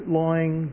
lying